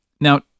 Now